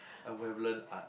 I would have learn art